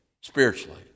spiritually